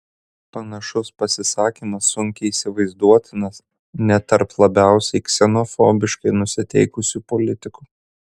panašus pasisakymas sunkiai įsivaizduotinas net tarp labiausiai ksenofobiškai nusiteikusių politikų